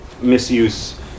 misuse